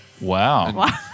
Wow